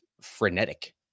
frenetic